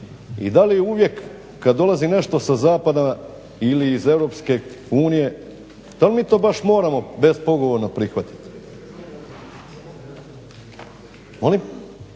I da li je uvijek kad dolazi nešto sa zapada ili iz EU, dal' mi to baš moramo bespogovorno prihvatiti? Molim?